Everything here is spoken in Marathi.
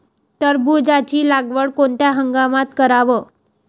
टरबूजाची लागवड कोनत्या हंगामात कराव?